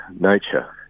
nature